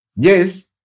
Yes